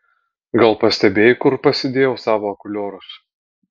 gal pastebėjai kur pasidėjau savo akuliorus